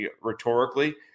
Rhetorically